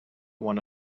one